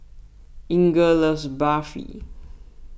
Inger loves Barfi